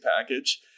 package